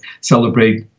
celebrate